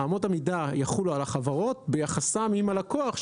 אמות המידה יחולו על החברות ביחסן עם הלקוח,